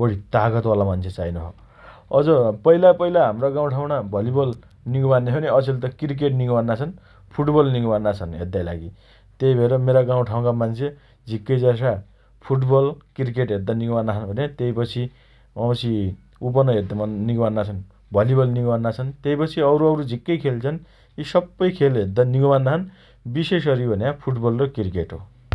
बढी तागत वाला मान्छे चाहिनो छ । अझ पहिला पहिला हम्रा गाउ ठाउम्णा भलिबल निको मान्ने छे भने अचेल त क्रिकेट निको मान्ना छन् । फुटबल निको मान्ना छन् हेद्दाइलागि । तेइ भएर मेरा गाउँठाउँका मान्छे झिक्कै जसा फुटबल, क्रिकेट हेद्द निको मान्ना छन् भने तेइपछि वाउँछि उपन हेद्द निको मान्ना छन् । भलिबल निको मान्ना छन् । तेइपछि अरुअरु झिक्कै खेल छन् । यी सप्पै खेल हेद्द निको मान्ना छन् । विशेष अरि भन्या फुटबल र क्रिकेट हो ।